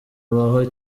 abaho